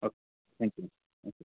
okay thank you ma'am thank you